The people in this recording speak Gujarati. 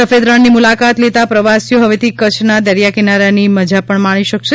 સફેદ રણની મુલાકાત લેતાં પ્રવાસીઓ હવેથી કચ્છના દરિયાકિનારાની મજા પણ માણી શકશે